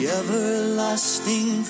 everlasting